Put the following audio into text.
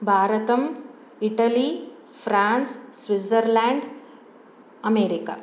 भारतम् Italy France Switzerland America